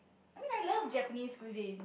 I mean I love Japanese cuisine